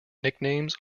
nicknames